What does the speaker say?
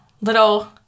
little